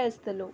अस्तलो?